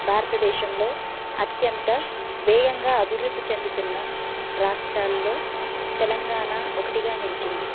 భారతదేశంలో అత్యంత వేగంగా అభివృద్ధి చెందుతున్న రాష్ట్రాల్లో తెలంగాణ ఒకటిగా నిలిచింది